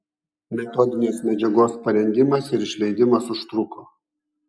metodinės medžiagos parengimas ir išleidimas užtruko